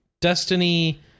Destiny